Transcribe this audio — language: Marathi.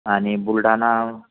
आणि बुलढाणा